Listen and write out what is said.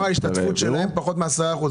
כלומר, ההשתתפות שלהם פחות מ-10 אחוזים.